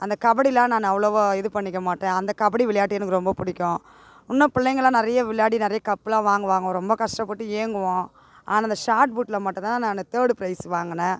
அந்த கபடிலாம் நான் அவ்வளோவா இது பண்ணிக்க மாட்டேன் அந்த கபடி விளையாட்டு எனக்கு ரொம்ப பிடிக்கும் இன்னும் பிள்ளைங்கள்லாம் நிறைய விளையாடி நிறைய கப்புலாம் வாங்குவாங்க ரொம்ப கஷ்டப்பட்டு ஏங்குவோம் ஆனால் அந்த ஷாட்பூட்டில் மட்டுந்தான் நான் தேர்டு ப்ரைஸ் வாங்குனே